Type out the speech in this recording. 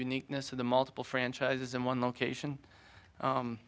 uniqueness of the multiple franchises in one location